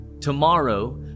tomorrow